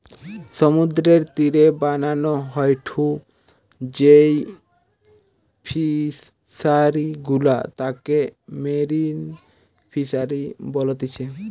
সমুদ্রের তীরে বানানো হয়ঢু যেই ফিশারি গুলা তাকে মেরিন ফিসারী বলতিচ্ছে